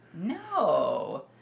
No